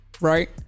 right